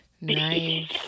Nice